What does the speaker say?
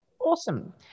Awesome